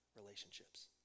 relationships